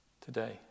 Today